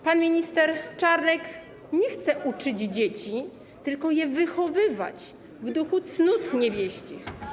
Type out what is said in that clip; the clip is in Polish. Pan minister Czarnek nie chce uczyć dzieci, tylko chce je wychowywać w duchu cnót niewieścich.